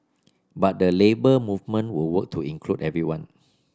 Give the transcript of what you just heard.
but the Labour Movement will work to include everyone